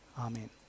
Amen